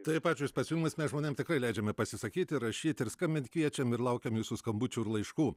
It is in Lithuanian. taip ačiū už pasiūlymus mes žmonėm tikrai leidžiame pasisakyti rašyti ir skambint kviečiam ir laukiam jūsų skambučių ir laiškų